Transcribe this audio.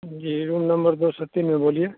जी room number दो सौ तीन है बोलिए